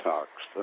Talks